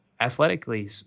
athletically